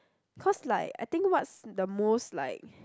cause like I think what's the most like